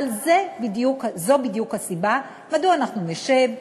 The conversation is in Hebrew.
אבל זו בדיוק הסיבה לכך שנשב,